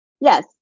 Yes